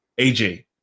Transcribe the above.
AJ